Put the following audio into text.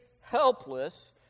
helpless